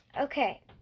Okay